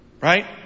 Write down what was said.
Right